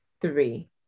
three